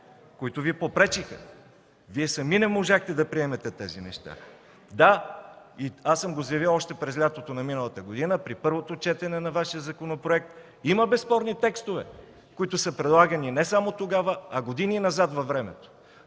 които Ви попречиха. Вие сами не можахте да приемете тези неща. Да, аз съм заявил още през лятото на миналата година, при първото четене на Вашия законопроект, че има безспорни текстове, които са прилагани не само тогава, а години назад във времето.